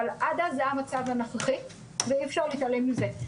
אבל עד אז זה המצב הנוכחי ואי אפשר להתעלם מזה.